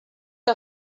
que